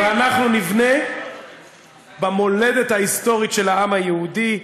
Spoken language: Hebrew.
אנחנו בנינו ואנחנו נבנה במולדת ההיסטורית של העם היהודי,